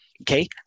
okay